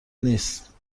نیست